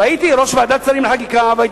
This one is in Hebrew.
כבר הייתי ראש ועדת שרים לחקיקה והייתי